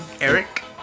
eric